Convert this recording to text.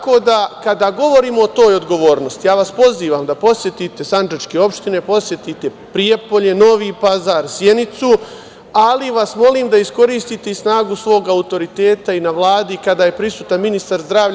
Kada govorimo o toj odgovornosti, ja vas pozivam da posetite sandžačke opštine, posetite Prijepolje, Novi Pazar, Sjenicu, ali vas molim da iskoristite snagu svoga autoriteta i na Vladi i kada je prisutan ministar zdravlja.